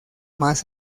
más